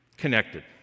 connected